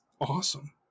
awesome